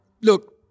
Look